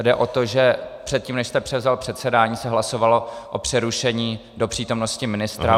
Jde o to, že předtím, než jste převzal předsedání, se hlasovalo o přerušení do přítomnosti ministra.